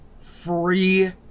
Free